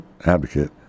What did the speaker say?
advocate